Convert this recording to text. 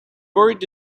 already